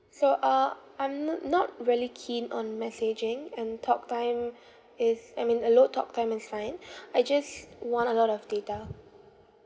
so uh I'm no~ not really keen on messaging and talk time is I mean a low talk time is fine I just want a lot of data